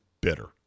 bitter